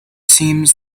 seems